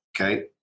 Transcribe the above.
okay